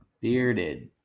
Bearded